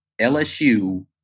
LSU